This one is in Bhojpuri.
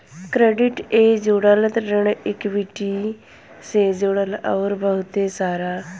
क्रेडिट ए जुड़ल, ऋण इक्वीटी से जुड़ल अउर बहुते सारा